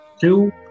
Two